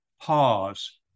pause